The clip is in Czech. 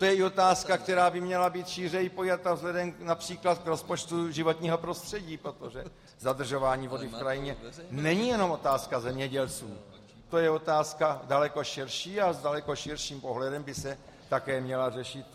To je i otázka, která by měla být šířeji pojata vzhledem například k rozpočtu životního prostředí, protože zadržování vody v krajině není jenom otázka zemědělců, to je otázka daleko širší a s daleko širším pohledem by se také měla řešit.